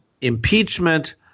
impeachment